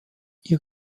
ihr